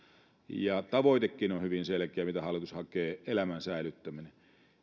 ja tavoitekin on on hyvin selkeä mitä hallitus hakee elämän säilyttäminen